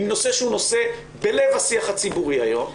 דיון בנושא שהוא בלב השיח הציבורי היום,